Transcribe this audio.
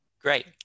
Great